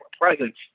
presence